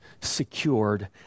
secured